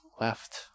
left